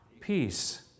Peace